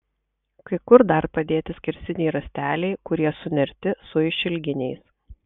kai kur dar padėti skersiniai rąsteliai kurie sunerti su išilginiais